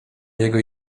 jego